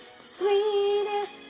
Sweetest